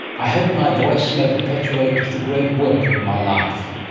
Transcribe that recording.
i hope my voice may perpetuate the great work of my life.